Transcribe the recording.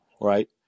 Right